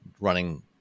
running